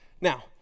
Now